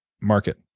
market